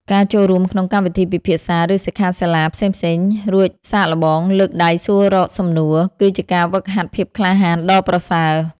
ការចូលរួមក្នុងកម្មវិធីពិភាក្សា ឬសិក្ខាសាលាផ្សេងៗ រួចសាកល្បងលើកដៃសួររកសំណួរ គឺជាការហ្វឹកហាត់ភាពក្លាហានដ៏ប្រសើរ។